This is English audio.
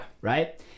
Right